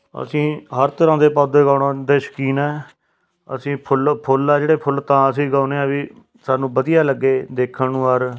ਅਸੀਂ ਹਰ ਤਰਾਂ ਦੇ ਪੌਦੇ ਉਗਾਉਣ ਦੇ ਸ਼ੌਕੀਨ ਹੈ ਅਸੀਂ ਫੁੱਲ ਫੁੱਲ ਆ ਜਿਹੜੇ ਫੁੱਲ ਤਾਂ ਅਸੀਂ ਉਗਾਉਂਦੇ ਹਾਂ ਵੀ ਸਾਨੂੰ ਵਧੀਆ ਲੱਗੇ ਦੇਖਣ ਨੂੰ ਔਰ